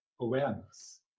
awareness